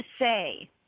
say